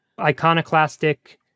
iconoclastic